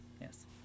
Yes